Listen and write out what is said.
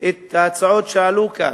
את ההצעות שעלו כאן,